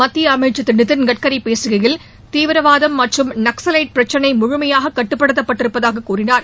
மத்திய அமைச்சள் திரு நிதின் கட்கரி பேசுகையில் தீவிரவாதம் மற்றும் நக்ஸவைட்டு பிரச்சினை முழுமையாக கட்டுப்படுத்தப் பட்டிருப்பதாகக் கூறினார்